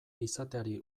izateari